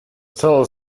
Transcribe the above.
still